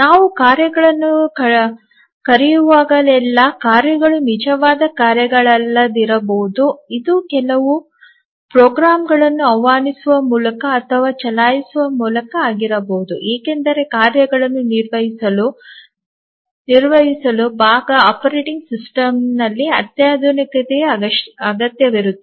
ನಾವು ಕಾರ್ಯಗಳನ್ನು ಕರೆಯುವಾಗಲೆಲ್ಲಾ ಕಾರ್ಯಗಳು ನಿಜವಾದ ಕಾರ್ಯಗಳಲ್ಲದಿರಬಹುದು ಇದು ಕೆಲವು ಪ್ರೋಗ್ರಾಂಗಳನ್ನು ಆಹ್ವಾನಿಸುವ ಮೂಲಕ ಅಥವಾ ಚಲಾಯಿಸುವ ಮೂಲಕ ಆಗಿರಬಹುದು ಏಕೆಂದರೆ ಕಾರ್ಯಗಳನ್ನು ನಿರ್ವಹಿಸಲು ಭಾಗ ಆಪರೇಟಿಂಗ್ ಸಿಸ್ಟಂನಲ್ಲಿ ಅತ್ಯಾಧುನಿಕತೆಯ ಅಗತ್ಯವಿರುತ್ತದೆ